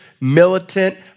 militant